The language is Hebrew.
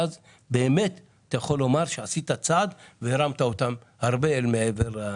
ואז באמת אפשר יהיה לומר שנעשה צעד שמרים אותם מעבר למצב